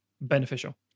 beneficial